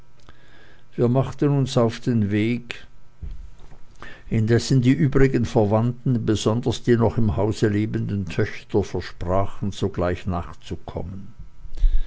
wir machten uns auf den weg indessen die übrigen verwandten besonders die noch im hause lebenden töchter versprachen sogleich nachzukommen